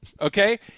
Okay